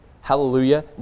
Hallelujah